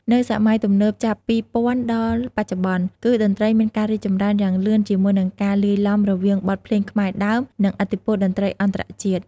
នៅសម័យទំនើបចាប់ ២០០០ ដល់បច្ចុប្បន្ន គឺតន្រ្តីមានការរីកចម្រើនយ៉ាងលឿនជាមួយនឹងការលាយឡំរវាង បទភ្លេងខ្មែរដើម និងឥទ្ធិពលតន្ត្រីអន្តរជាតិ។